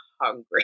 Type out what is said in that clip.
hungry